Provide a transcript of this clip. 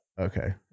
Okay